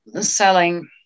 selling